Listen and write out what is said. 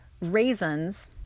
raisins